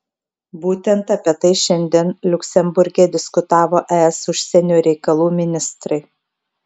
būtent apie tai šiandien liuksemburge diskutavo es užsienio reikalų ministrai